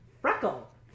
Freckle